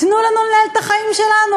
תנו לנו לנהל את החיים שלנו.